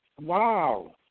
Wow